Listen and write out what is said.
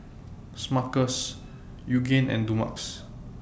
Smuckers Yoogane and Dumex